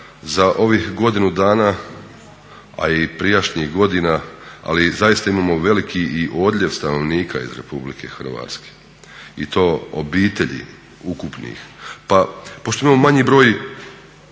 za ovih godinu dana, a i prijašnjih godina ali zaista imamo veliki odljev stanovnika iz Republike Hrvatske i to obitelji ukupnih. Pa pošto imamo manji broj